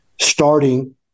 starting